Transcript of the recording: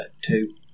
two